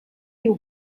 you